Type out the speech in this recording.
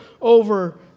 over